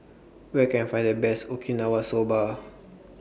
Where Can I Find The Best Okinawa Soba